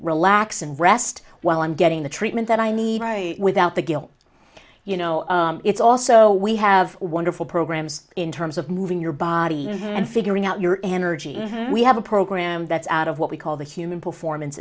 relax and rest while i'm getting the treatment that i need without the guilt you know it's also we have wonderful programs in terms of moving your body and figuring out your energy we have a program that's out of what we call the human performance